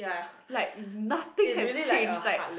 like nothing has changed like